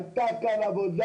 הייתה כאן עבודה.